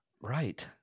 Right